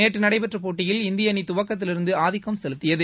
நேற்று நடைபெற்ற போட்டியில் இந்திய அணி துவக்கத்திலிருந்து ஆதிக்கம் செலுத்தியது